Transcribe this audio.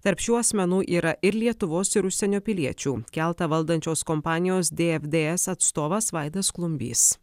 tarp šių asmenų yra ir lietuvos ir užsienio piliečių keltą valdančios kompanijos dfds atstovas vaidas klumbys